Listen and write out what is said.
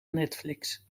netflix